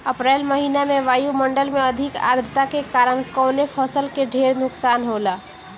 अप्रैल महिना में वायु मंडल में अधिक आद्रता के कारण कवने फसल क ढेर नुकसान होला?